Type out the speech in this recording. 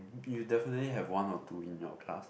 you definitely have one or two in your class